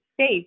safe